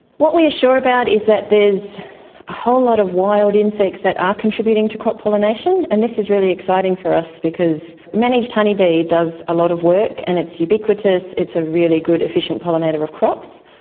what we sure about is that there is a whole lot of wild insects that are contributing to crop population and this is really exciting for us because managed honeybee does a lot of work and it's ubiquitous, it's a really good efficient pollinator of of crops,